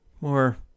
More